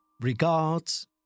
Regards